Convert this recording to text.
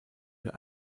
für